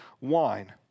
wine